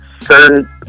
certain